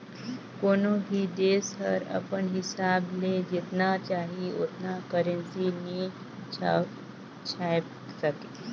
कोनो भी देस हर अपन हिसाब ले जेतना चाही ओतना करेंसी नी छाएप सके